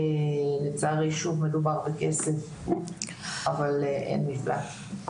לצערי שוב מדובר בכסף אבל אין מפלט.